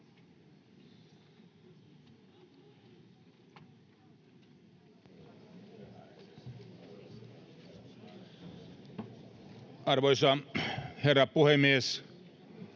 Arvoisa herra puhemies!